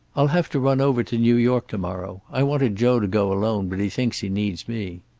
i'll have to run over to new york to-morrow. i wanted joe to go alone, but he thinks he needs me.